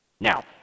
Now